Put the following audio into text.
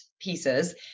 pieces